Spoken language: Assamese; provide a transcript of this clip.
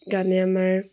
গানে আমাৰ